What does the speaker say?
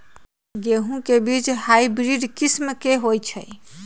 गेंहू के बीज हाइब्रिड किस्म के होई छई?